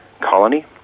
colony